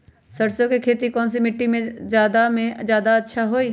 सरसो के खेती कौन मिट्टी मे अच्छा मे जादा अच्छा होइ?